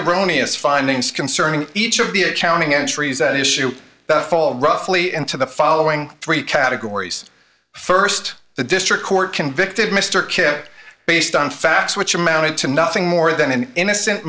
erroneous findings concerning each of the accounting entries an issue that fall roughly into the following three categories st the district court convicted mr kidd based on facts which amounted to nothing more than an innocent